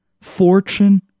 fortune